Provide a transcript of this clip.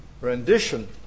rendition